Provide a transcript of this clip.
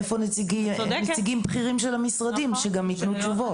איפה נציגים בכירים של המשרדים, שגם יתנו תשובות?